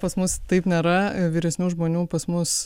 pas mus taip nėra vyresnių žmonių pas mus